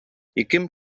яким